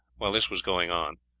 while this was going on,